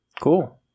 cool